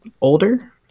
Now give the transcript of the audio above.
older